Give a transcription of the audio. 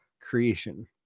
creation